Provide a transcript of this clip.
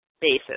basis